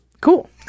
Cool